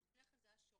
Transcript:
לפני כן זה היה שירות,